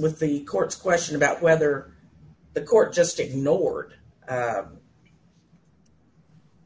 with the courts question about whether the court just ignored